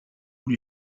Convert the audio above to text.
tous